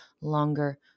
longer